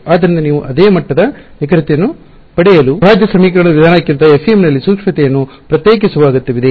ಆದ್ದರಿಂದ ನೀವು ಅದೇ ಮಟ್ಟದ ನಿಖರತೆಯನ್ನು ಪಡೆಯಲು ಅವಿಭಾಜ್ಯ ಸಮೀಕರಣ ವಿಧಾನಕ್ಕಿಂತ FEM ನಲ್ಲಿ ಸೂಕ್ಷ್ಮತೆಯನ್ನು ಪ್ರತ್ಯೇಕಿಸುವ ಅಗತ್ಯವಿದೆ